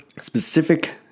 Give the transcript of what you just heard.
specific